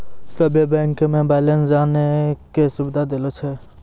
सभे बैंक मे बैलेंस जानै के सुविधा देलो छै